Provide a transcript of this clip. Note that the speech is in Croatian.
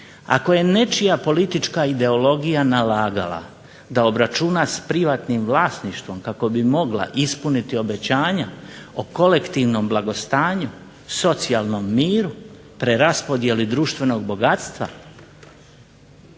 Ako je nečija politička ideologija nalagala da obračuna s privatnim vlasništvom kako bi mogla ispuniti obećanja o kolektivnom blagostanju, socijalnom miru, preraspodijeli društvenog bogatstva,